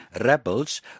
rebels